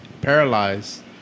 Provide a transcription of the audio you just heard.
paralyzed